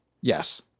Yes